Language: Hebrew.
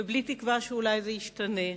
ובלי תקווה שאולי זה ישתנה,